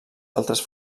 altres